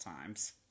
times